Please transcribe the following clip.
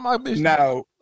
Now